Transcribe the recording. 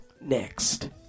next